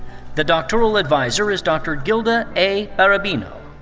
the doctoral adviser is dr. gilda a. arubino.